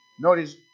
notice